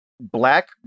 black